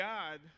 God